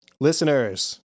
listeners